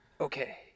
Okay